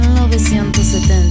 1970